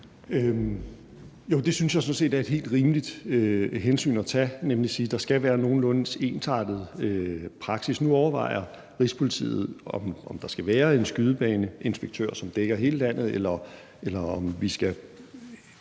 Jo, det synes jeg sådan set er et helt rimeligt hensyn at tage, nemlig at sige, at der skal være en nogenlunde ensartet praksis. Nu overvejer Rigspolitiet, om der skal være en skydebaneinspektør, som dækker hele landet, eller om vi,